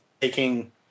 taking